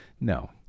No